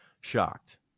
shocked